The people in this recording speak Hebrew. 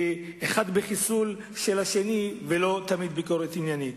זה בחיסולו של זה, ולא תמיד בביקורת עניינית.